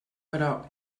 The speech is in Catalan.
però